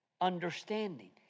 understanding